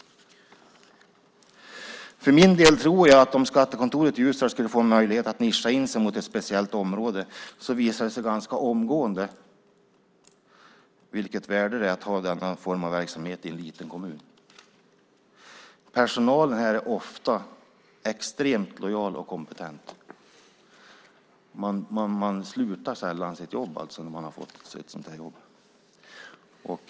För min del tror jag att om skattekontoret i Ljusdal skulle få en möjlighet att nischa in sig mot ett speciellt område skulle det ganska omgående visa sig vilket värde det är att ha denna form av verksamhet i en liten kommun. Personalen är ofta extremt lojal och kompetent. Man slutar sällan när man fått ett sådant här jobb.